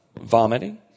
vomiting